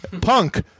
Punk